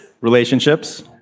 Relationships